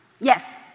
Yes